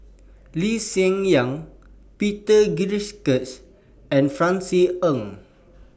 Lee Hsien Yang Peter Gilchrist and Francis Ng